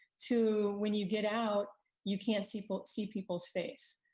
to when you get out you can't see but see people's face.